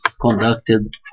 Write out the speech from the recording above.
conducted